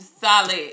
Solid